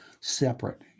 separate